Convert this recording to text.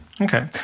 Okay